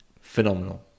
phenomenal